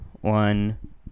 one